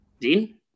Dean